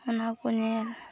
ᱚᱱᱟᱠᱚ ᱧᱮᱞ